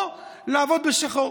או לעבוד בשחור,